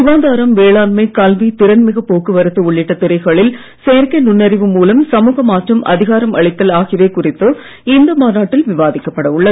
சுகாதாரம் வேளாண்மை கல்வி திறன்மிகு போக்குவரத்து உள்ளிட்ட துறைகளில் செயற்கை நுண்ணறிவு மூலம் சமூக மாற்றம் அதிகாரம் அளித்தல் ஆகியவை குறித்து இந்த மாநாட்டில் விவாதிக்கப்பட உள்ளது